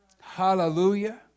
Hallelujah